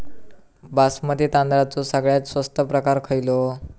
बासमती तांदळाचो सगळ्यात स्वस्त प्रकार खयलो?